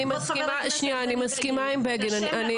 אני מסכימה עם בגין.